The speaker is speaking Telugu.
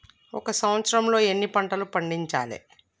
ఒక సంవత్సరంలో ఎన్ని పంటలు పండించాలే?